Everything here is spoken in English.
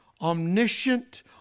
omniscient